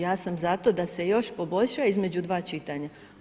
Ja sam za to da se još poboljša između dva čitanja.